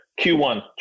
Q1